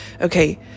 okay